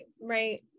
right